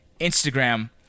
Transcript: Instagram